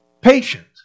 patient